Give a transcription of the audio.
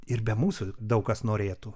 ir be mūsų daug kas norėtų